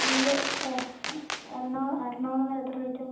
അത് എറണാ എറണാകുളം വരെ എത്ര റേറ്റ് ആവും